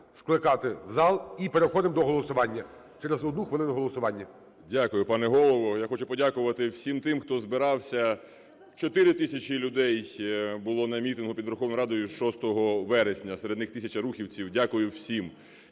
скликати в зал. І переходимо до голосування. Через 1 хвилину голосування. 11:53:36 КРИВЕНКО В.М. Дякую, пане Голово. Я хочу подякувати всім тим, хто збирався, 4 тисячі людей було на мітингу під Верховною Радою 6 вересня, серед них тисяча рухівців. Дякую всім.